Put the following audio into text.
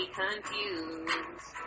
confused